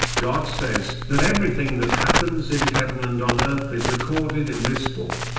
god says that everything that happens in heaven and on earth is recorded in this book.